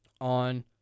on